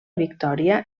victòria